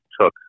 took